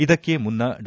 ಇದಕ್ಕೆ ಮುನ್ನ ಡಾ